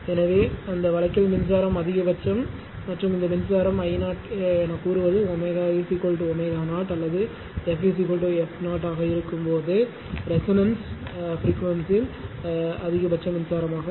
எனவே அந்த வழக்கில்மின்சாரம் அதிகபட்சம் மற்றும் இந்த மின்சாரம் I 0 எனக் கூறுவது ω ω0 அல்லது f f 0 ஆக இருக்கும்போது ரெசோனன்ஸ் பிரிக்வேன்சில் அதிகபட்ச மின்சாரமாகும்